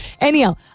Anyhow